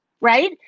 right